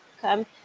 come